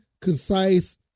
concise